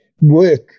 work